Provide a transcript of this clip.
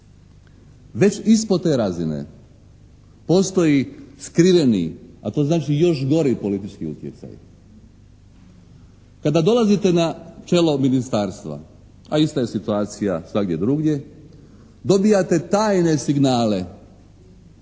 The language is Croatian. Već ispod te razine postoji skriveni, a to znači još gori politički utjecaj. Kada dolazite na čelo ministarstva, a ista je situacija svagdje drugdje, dobijate tajne signale